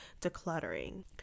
decluttering